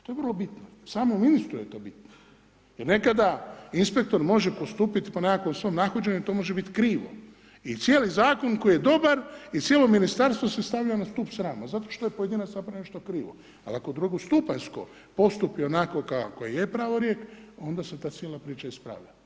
To je vrlo bitno, samom ministru je to bitno jer nekada inspektor može postupiti po nekakvom svom nahođenju, to može krivo i cijeli zakon koji je dobar i cijelo ministarstvo se stavlja na stup srama, zato što je pojedinac napravio nešto krivo ali ako drugostupanjsko postupi onako kako je pravorijek, onda se ta cijela priča ispravlja.